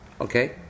Okay